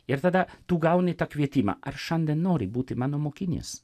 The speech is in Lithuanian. ir tada tu gauni tą kvietimą ar šiandien nori būti mano mokinys